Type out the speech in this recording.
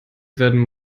werden